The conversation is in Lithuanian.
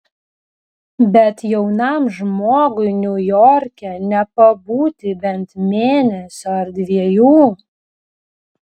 bet jaunam žmogui niujorke nepabūti bent mėnesio ar dviejų